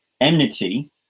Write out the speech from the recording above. enmity